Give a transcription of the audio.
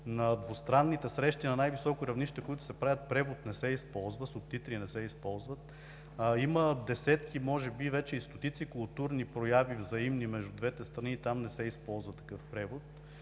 на двустранните срещи на най-високо равнище, които се правят, превод не се използва, субтитри не се използват. Има десетки може би вече и стотици културни взаимни прояви между двете страни и там не се използва такъв превод.